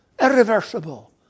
irreversible